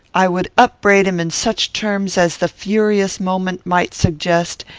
i would upbraid him in such terms as the furious moment might suggest,